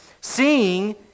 seeing